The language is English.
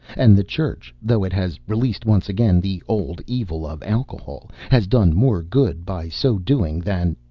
and the church, though it has released once again the old evil of alcohol, has done more good by so doing than.